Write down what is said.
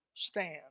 Stand